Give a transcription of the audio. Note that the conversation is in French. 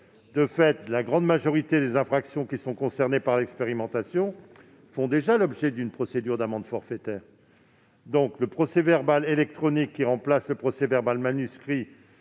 De fait, la grande majorité des infractions qui sont concernées par l'expérimentation font déjà l'objet d'une procédure d'amende forfaitaire. Le procès-verbal électronique, qui remplace le procès-verbal manuscrit